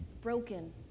broken